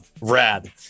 Rad